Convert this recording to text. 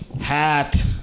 hat